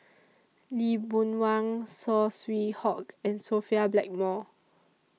Lee Boon Wang Saw Swee Hock and Sophia Blackmore